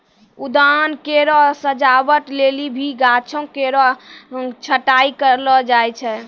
उद्यान केरो सजावट लेलि भी गाछो केरो छटाई कयलो जाय छै